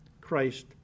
Christ